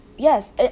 yes